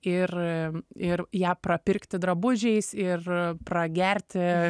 ir ir ją prapirkti drabužiais ir pragerti